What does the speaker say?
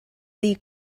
ddi